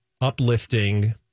uplifting